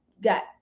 got